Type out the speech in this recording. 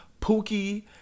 Pookie